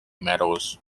metals